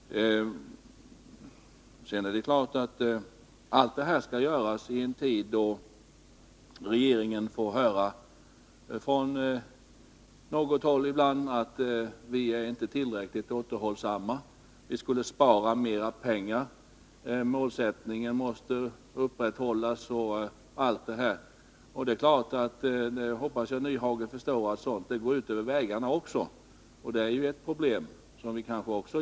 Allt detta skall göras i en tid då regeringen ibland från en del håll får höra att den inte är tillräckligt återhållsam, att den borde spara mera pengar, att sparmålsättningen måste upprätthållas, osv. Det är klart — det hoppas jag Hans Nyhage förstår — att sådant går ut också över vägarna.